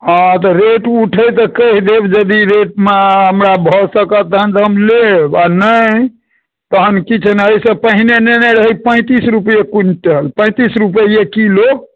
हँ तऽ रेट उठै तऽ कहि देब यदि रेटमे हमरा भऽ सकत तखन तऽ हम लेब आ नहि तहन की छै ने एहिसँ पहिने लेने रही पैंतीस रुपैए क्विंटल पैंतीस रुपैए किलो